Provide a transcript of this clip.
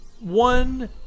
one